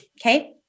okay